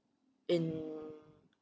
in